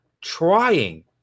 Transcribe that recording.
trying